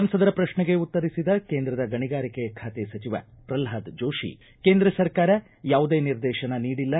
ಸಂಸದರ ಪ್ರಕ್ಷೆಗೆ ಉತ್ತರಿಸಿದ ಕೇಂದ್ರದ ಗಣಿಗಾರಿಕೆ ಖಾತೆ ಸಚಿವ ಪ್ರಲ್ವಾದ ಜೋಶಿ ಕೇಂದ್ರ ಸರ್ಕಾರ ಯಾವುದೇ ನಿರ್ದೇಶನ ನೀಡಿಲ್ಲ